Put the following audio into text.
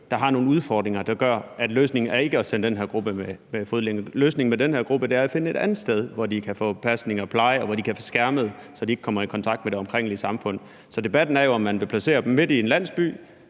som har nogle udfordringer, der gør, at løsningen ikke er at give dem fodlænke på. Løsningen for den her gruppe er at finde et andet sted, hvor de kan få pasning og pleje, og hvor de kan blive skærmet, så de ikke kommer i kontakt med det omkringliggende samfund. Så debatten er jo, og man vil placere dem midt i en landsby